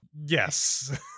Yes